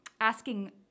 asking